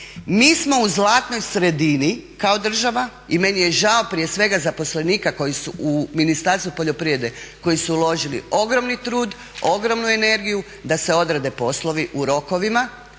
Mi smo u zlatnoj sredini kao država i meni je žao prije svega zaposlenika koji su u Ministarstvu poljoprivrede koji su uložili ogromni trud, ogromnu energiju da se odrede poslovi u rokovima,